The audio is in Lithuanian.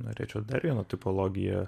norėčiau dar vieną tipologiją